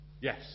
Yes